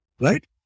Right